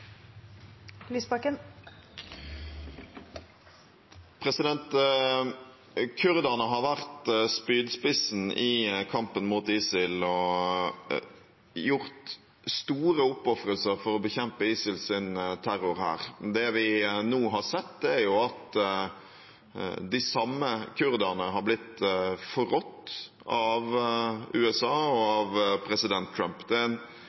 har vært spydspissen i kampen mot ISIL og gjort store oppofrelser for å bekjempe ISILs terrorhær. Det vi nå har sett, er at de samme kurderne har blitt forrådt av USA og av president Trump.